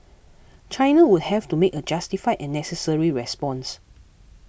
China would have to make a justified and necessary response